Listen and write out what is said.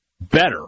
better